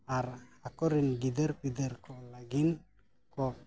ᱟᱨ ᱟᱠᱚᱨᱮᱱ ᱜᱤᱫᱟᱹᱨᱼᱯᱤᱫᱟᱹᱨ ᱠᱚ ᱞᱟᱹᱜᱤᱫ ᱠᱚ